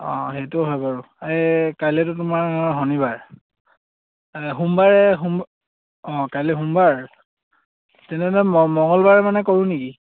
অঁ সেইটো হয় বাৰু এই কাইলেতো তোমাৰ শনিবাৰ সোমবাৰে সোম অঁ কাইলে সোমবাৰ তেনেদৰে মঙলবাৰে মানে কৰোঁ নেকি